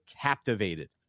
captivated